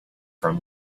from